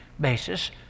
basis